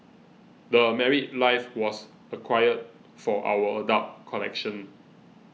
The Married Life was acquired for our adult collection